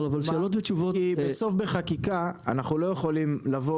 כי בסוף בחקיקה אנחנו לא יכולים לבוא